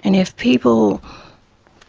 and if people